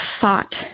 thought